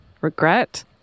regret